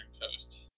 coast